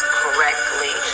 correctly